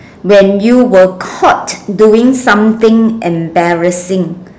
when you were caught doing something embarrassing